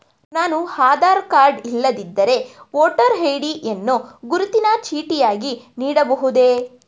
ನಾನು ಆಧಾರ ಕಾರ್ಡ್ ಇಲ್ಲದಿದ್ದರೆ voter ID ಯನ್ನು ಗುರುತಿನ ಚೀಟಿಯಾಗಿ ನೀಡಬಹುದೇ?